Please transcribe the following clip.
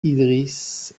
idriss